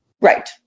Right